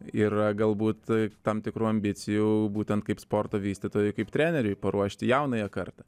yra galbūt tam tikrų ambicijų būtent kaip sporto vystytojui kaip treneriui paruošti jaunąją kartą